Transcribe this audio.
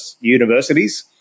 universities